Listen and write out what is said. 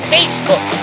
Facebook